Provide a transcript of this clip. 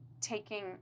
taking